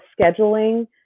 scheduling